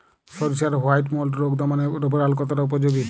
সরিষার white mould রোগ দমনে রোভরাল কতটা উপযোগী?